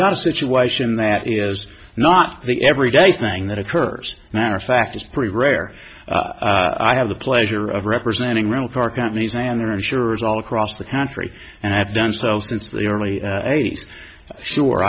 got a situation that is not the everyday thing that occurs matter of fact it's pretty rare i have the pleasure of representing rental car companies and their insurers all across the country and have done so since the early eighty's sure